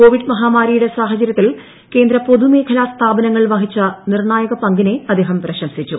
Covid മഹാമാരിയുടെ സാഹചര്യത്തിൽ കേന്ദ്ര പൊതുമേഖലാ സ്ഥാപനങ്ങൾ വഹിച്ച നിർണായക പങ്കിനെ അദ്ദേഹം പ്രശംസിച്ചു